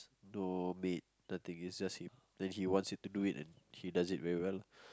no maid nothing it's just him then he wants to do it then he does it really well